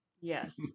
yes